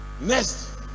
next